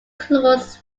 clause